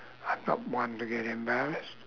I'm not one to get embarrassed